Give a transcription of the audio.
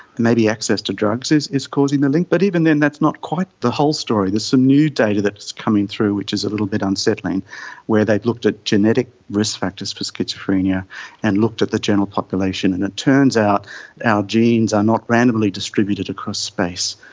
maybe access to drugs is is causing the link, but even then that's not quite the whole story. there's some new data that's coming through which is a little bit unsettling where they've looked at genetic risk factors for schizophrenia and looked at the general population, and it turns out our genes are not randomly distributed across space.